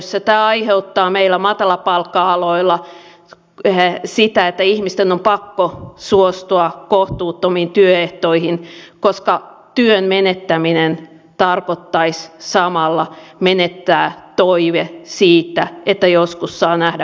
tämä aiheuttaa meillä matalapalkka aloilla sitä että ihmisten on pakko suostua kohtuuttomiin työehtoihin koska työn menettäminen tarkoittaisi samalla toiveen menettämistä siitä että joskus saa nähdä perheensä